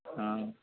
ହଁ